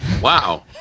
Wow